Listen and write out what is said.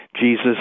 Jesus